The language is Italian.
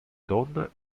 donna